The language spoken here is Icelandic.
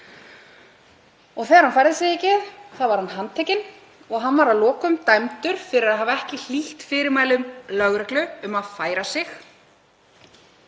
Og þegar hann færði sig ekki var handtekinn og var að lokum dæmdur fyrir að hafa ekki hlýtt fyrirmælum lögreglu um að færa sig.